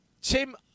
Tim